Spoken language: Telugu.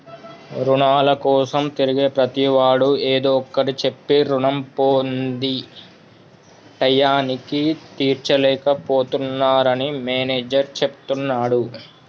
రుణాల కోసం తిరిగే ప్రతివాడు ఏదో ఒకటి చెప్పి రుణం పొంది టైయ్యానికి తీర్చలేక పోతున్నరని మేనేజర్ చెప్తున్నడు